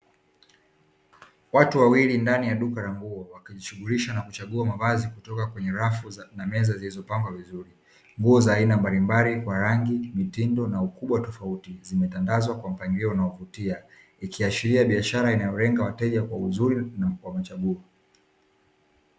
Watu wawili ndani ya duka la nguo wakijishughulisha na kuchagua mavazi kutoka kwenye rafu na meza zilizopangwa vizuri, nguo za aina mbalimbali kwa rangi mitindo na ukubwa tofauti zimetandazwa kwa mpangilio unaovutia, ikiashiria biashara inayolenga wateja kwa uzuri kwa machaguo.